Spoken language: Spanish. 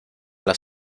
las